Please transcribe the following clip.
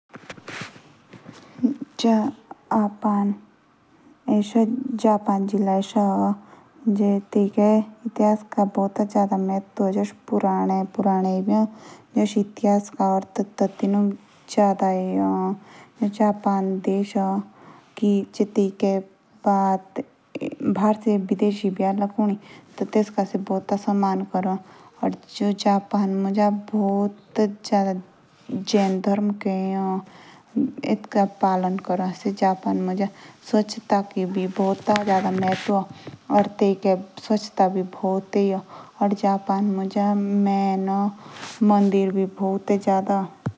जापान जो देख ए। तिके इतिहास का भूत जयदा महुतव ए। जो तैके पुराने पुराने ए बी ए इतिहास। तिनुक जापान देश जायदा महतव दाओ।